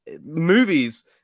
Movies